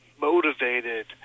motivated